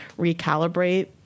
recalibrate